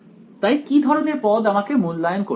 তাই কি ধরনের পদ আমাকে মূল্যায়ন করতে হবে